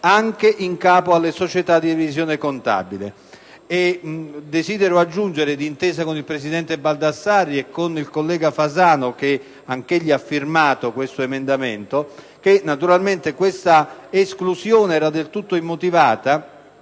anche in capo alle società di revisione contabile. Desidero aggiungere, d'intesa con il presidente Baldassarri e con il collega Fasano, che pure ha firmato l'emendamento in oggetto, che questa esclusione era del tutto immotivata